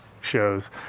shows